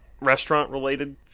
restaurant-related